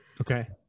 Okay